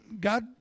God